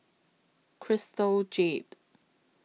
Crystal Jade